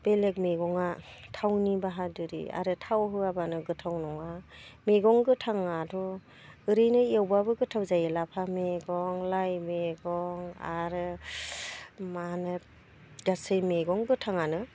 बेलेग मैगङा थावनि बाहादुरि आरो थाव होआब्लानो गोथाव नङा मैगं गोथाङाथ' ओरैनो एवब्लाबो गोथाव जायो लाफा मैगं लाइ मैगं आरो माहोनो गासै मेगं गोथाङानो